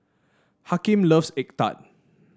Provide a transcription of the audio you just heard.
Hakim loves egg tart